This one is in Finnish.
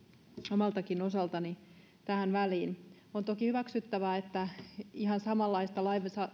omalta osaltanikin tähän väliin on toki hyväksyttävää että ihan samanlaista